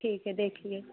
ठीक है देख लिए